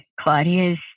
Claudia's